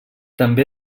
també